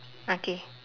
okay